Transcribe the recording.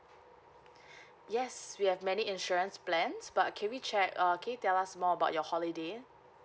yes we have many insurance plans but can we check uh can you tell us more about your holiday